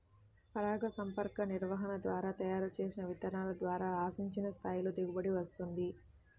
పరాగసంపర్క నిర్వహణ ద్వారా తయారు చేసిన విత్తనాల ద్వారా ఆశించిన స్థాయిలో దిగుబడి వస్తుంది